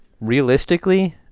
Realistically